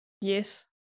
Yes